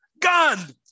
gun